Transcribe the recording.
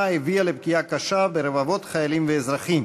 הביאה לפגיעה קשה ברבבות חיילים ואזרחים,